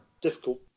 Difficult